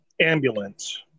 ambulance